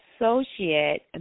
associate